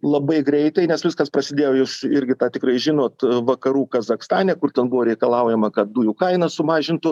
labai greitai nes viskas prasidėjo jūs irgi tą tikrai žinot vakarų kazachstane kur ten buvo reikalaujama kad dujų kainą sumažintų